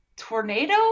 tornado